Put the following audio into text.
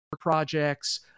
projects